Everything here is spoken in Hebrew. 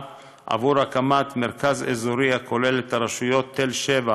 עבור הקמת מרכז אזורי הכולל את הרשויות תל שבע,